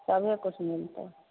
सभे किछु मिलतै